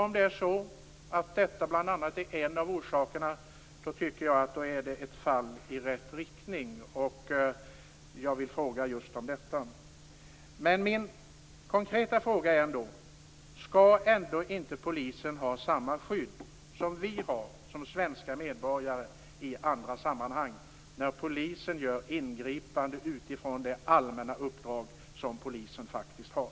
Om det är så att detta bl.a. är en av orsakerna tycker jag att det är ett fall i rätt riktning. Jag vill fråga just om detta. Min konkreta fråga är ändå: Skall inte polisen ha samma skydd som vi har som svenska medborgare i andra sammanhang när polisen gör ingripanden utifrån det allmänna uppdrag som polisen faktiskt har?